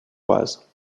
oise